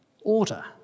Order